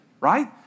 right